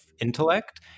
intellect